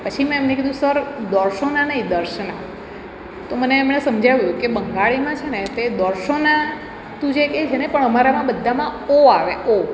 પછી મેં એમને કીધું સર દોર્સોના નહિ દર્શના તો મને એમણે સમજાવ્યું કે બંગાળીમાં છે ને તે દોર્સોના તું જે કે છે ને પણ અમારામાં બધામાં ઓ આવે ઓ